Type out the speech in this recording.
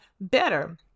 better